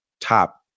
top